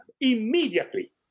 immediately